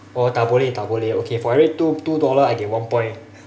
oh tak boleh tak boleh okay for every two two dollar I get one point